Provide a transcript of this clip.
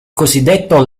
cosiddetto